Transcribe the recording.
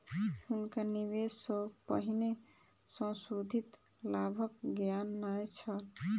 हुनका निवेश सॅ पहिने संशोधित लाभक ज्ञान नै छल